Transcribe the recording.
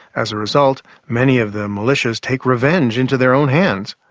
as a result, many of the militias take revenge into their own hands.